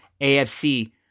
AFC